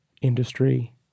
industry